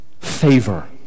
favor